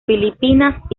filipinas